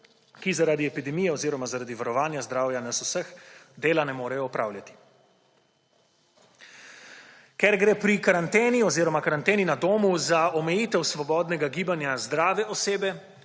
ki zaradi epidemije oziroma zaradi varovanja zdravja nas vseh dela ne morejo opravljati. Ker gre pri karanteni oziroma karanteni na domu za omejitev svobodnega gibanja zdrave osebe,